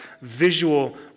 visual